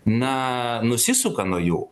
na nusisuka nuo jų